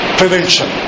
prevention